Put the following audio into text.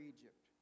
Egypt